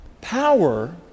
power